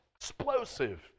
explosive